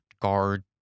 guard